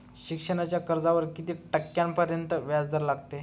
शिक्षणाच्या कर्जावर किती टक्क्यांपर्यंत व्याजदर लागेल?